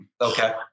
Okay